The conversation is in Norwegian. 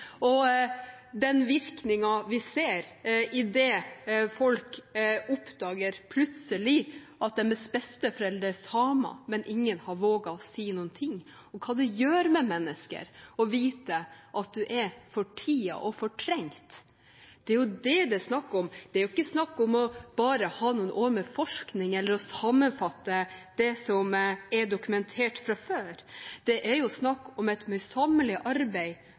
begått, den skammen som er påført, og den virkningen vi ser idet folk plutselig oppdager at deres besteforeldre er samer, men ingen har våget å si noe om hva det gjør med mennesker å vite at man er fortiet og fortrengt. Det er jo det det er snakk om. Det er ikke snakk om bare å ha noen år med forskning eller å sammenfatte det som er dokumentert fra før. Det er snakk om et møysommelig arbeid